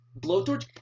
blowtorch